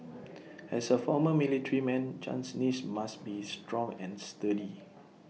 as A former military man Chan's knees must be strong and sturdy